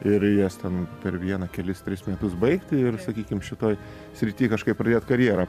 ir jas ten per vieną kelis tris metus baigti ir sakykim šitoj srity kažkaip pradėt karjerą